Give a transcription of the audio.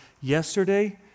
yesterday